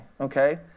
okay